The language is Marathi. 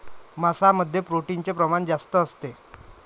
मांसामध्ये प्रोटीनचे प्रमाण जास्त असते